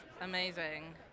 amazing